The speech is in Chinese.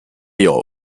具有